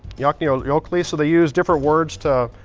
yaakni aayokli, so they use different words to,